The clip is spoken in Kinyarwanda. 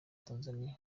tanzania